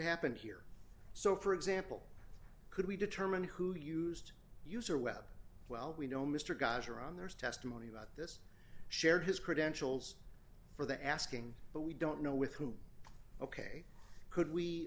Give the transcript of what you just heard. happened here so for example could we determine who used user web well we know mr gonchar on there is testimony about this shared his credentials for the asking but we don't know with whom ok could we